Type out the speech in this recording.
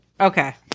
Okay